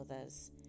others